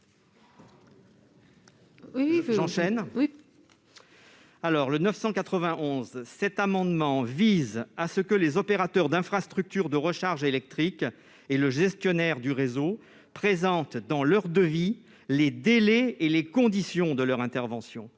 est à M. Bruno Rojouan. Cet amendement vise à contraindre les opérateurs d'infrastructures de recharge électrique et le gestionnaire du réseau à présenter dans leur devis les délais et les conditions de leur intervention.